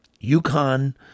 UConn